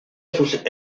sus